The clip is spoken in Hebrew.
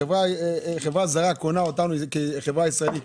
חברה זרה קונה אותנו כחברה ישראלית,